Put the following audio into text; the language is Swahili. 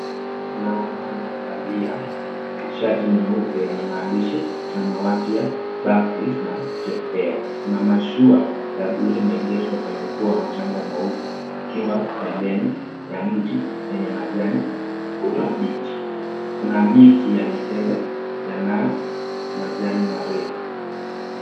Mwanamume aliyevalia shati nyeupe na maandishi samawati Baclays na mashua ya blue imeegeshwa juu ya mchanga mweupe ukiwa pembeni ya mti yenye matawi ya kijani kibichi na miti ya matende marefu.